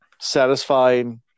satisfying